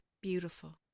Beautiful